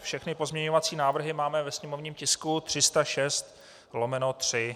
Všechny pozměňovací návrhy máme ve sněmovním tisku 306/3.